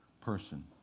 person